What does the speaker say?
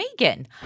Megan